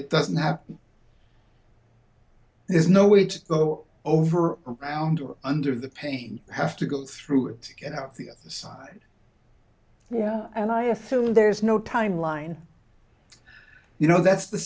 it doesn't happen there's no way to go over around or under the pain have to go through it to get out the other side and i a feeling there's no timeline you know that's the